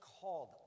called